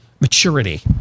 maturity